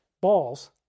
balls